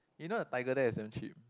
you know a tiger there is damn cheap